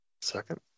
Second